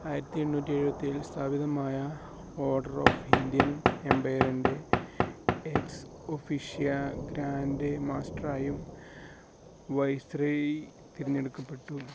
ആയിരത്തി എണ്ണൂറ്റി എഴുപത്തേഴിൽ സ്ഥാപിതമായ ഓർഡർ ഓഫ് ഇന്ത്യൻ എംപയറിൻ്റെ എക്സ് ഒഫീഷ്യാ ഗ്രാൻഡ് മാസ്റ്ററായും വൈസ്രോയി തിരഞ്ഞെടുക്കപ്പെട്ടു